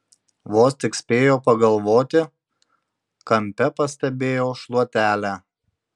vos tik spėjo pagalvoti kampe pastebėjo šluotelę